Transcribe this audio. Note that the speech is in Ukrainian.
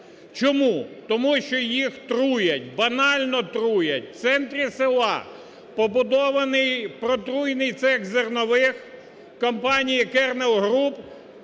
Чому? Тому що їх труять, банально труять, в центрі села побудований протруйний цех зернових компанії "Кернел Груп",